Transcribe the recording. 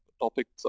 topics